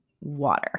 water